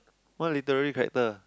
what literally character